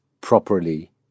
properly